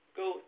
go